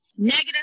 Negative